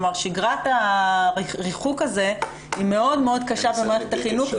שגרת הריחוק הזאת מאוד קשה למערכת החינוך.